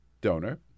donor